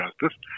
justice